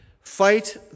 Fight